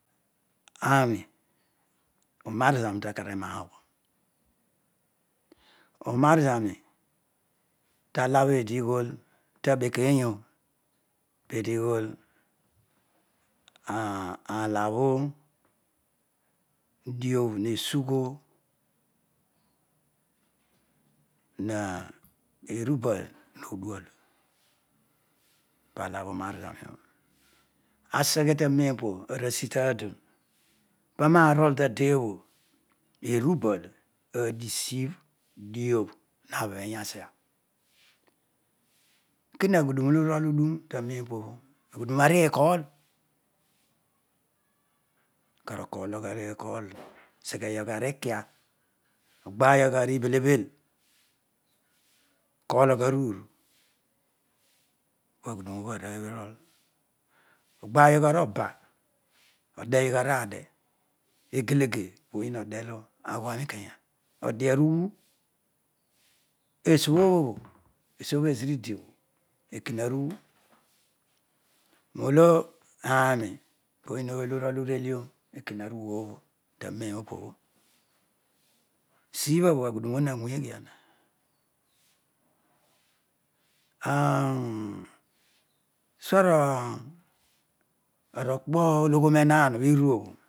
Aarol unaar zani takagh ena obho unaar zani talabho eedi ughol tabekey pedi ghool alabhodiabh nesugh erubal modual parlabho un zaro obho aseghe tanen opo astadoh pana rol tade obho ne rubal adi diabh na bhiya asia karaghuduro olo urol udun taroen opobho aghudim arkoor okarokor logh arkor obeghel oni kia ogbayogh aribhelebhel okor aruru paghudiin obho arooy nol ogbarogh oba odeghogh araade ekeleke oyiin odelo akua mikeya ade aruwu esiobhobho esiobho ezira udiobho ekimaruwu nolo aarol poyiin aooy olo urol urelaam nekinaruwuobho tanero opobho sibhabho agudun obho na weghian arokpo ologho re enaan obho nu obho